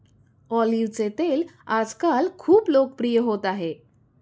ऑलिव्हचे तेल आजकाल खूप लोकप्रिय होत आहे